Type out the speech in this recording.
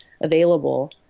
available